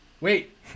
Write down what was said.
Wait